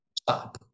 Stop